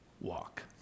Walk